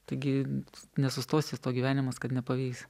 taigi nesustos ties tuo gyvenimas kad nepavyks